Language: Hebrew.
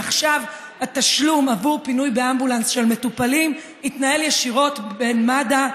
מעכשיו התשלום עבור פינוי באמבולנס של מטופלים יתנהל ישירות בין מד"א,